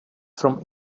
from